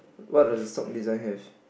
what does the sock design have